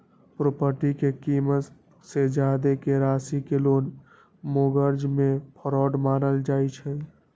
property के कीमत से जादा के राशि के लोन मोर्गज में फरौड मानल जाई छई